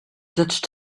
judge